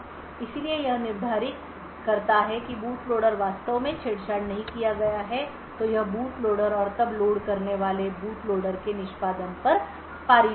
इसलिए यदि यह निर्धारित करता है कि बूट लोडर वास्तव में छेड़छाड़ नहीं किया गया है तो यह बूट लोडर और तब लोड करने वाले बूट लोडर के निष्पादन पर पारित होगा